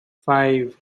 five